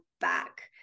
back